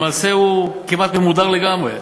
ולמעשה הוא כמעט ממודר לגמרי.